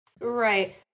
Right